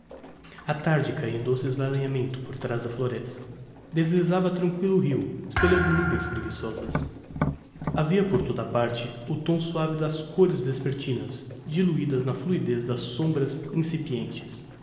a tarde caía em doce esvaimento por traz da floresta deslisava tranquillo o rio espelhando nuvens preguiçosas havia por toda a parte o tom suave das côres vespertinas diluidas na fluidez das sombras incipientes